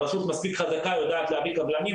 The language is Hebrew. הרשות מספיק חזקה היא יודעת להביא קבלנים,